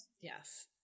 Yes